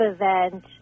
event